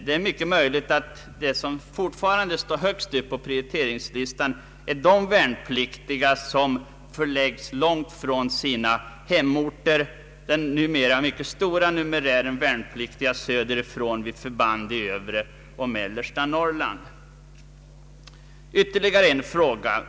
Det är mycket möjligt att det som fortfarande står högst upp på prioriteringslistan är hemresor för de värnpliktiga som förläggs långt från sina hemorter. Det finns numera en stor numerär av värnpliktiga söderifrån vid förband i övre och mellersta Norrland. Ytterligare en fråga.